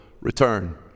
return